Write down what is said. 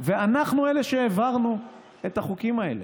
ואנחנו אלה שהעברנו את החוקים האלה.